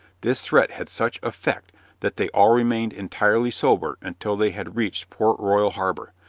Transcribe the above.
this threat had such effect that they all remained entirely sober until they had reached port royal harbor,